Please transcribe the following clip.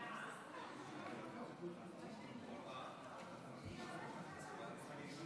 הצעת הוועדה המסדרת בדבר הרכב ועדת החינוך,